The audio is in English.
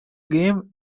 game